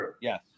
Yes